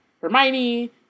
Hermione